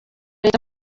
leta